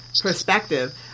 perspective